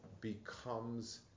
becomes